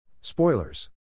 Spoilers